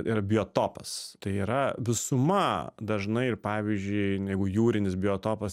yra biotopas tai yra visuma dažnai ir pavyzdžiui jeigu jūrinis biotopas